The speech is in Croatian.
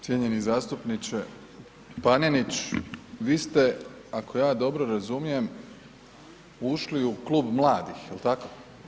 Cijenjeni zastupniče Panenić, vi ste, ako ja dobro razumijem, ušli u Klub mladih, jel tako?